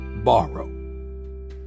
borrow